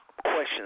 questions